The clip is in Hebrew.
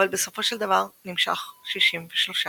אבל בסופו של דבר נמשך 63 ימים.